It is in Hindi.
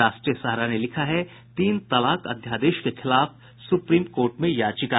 राष्ट्रीय सहारा ने लिखा है तीन तलाक अध्यादेश के खिलाफ सुप्रीम कोर्ट में याचिका